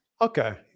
Okay